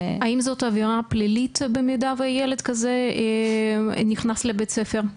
האם זאת עבירה פלילית במידה וילד כזה נכנס לבית ספר?